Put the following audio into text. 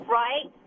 right